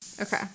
Okay